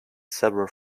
several